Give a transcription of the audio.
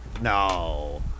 No